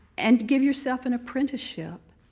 and give yourself an apprenticeship.